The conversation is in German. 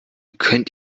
könnt